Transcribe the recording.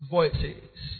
voices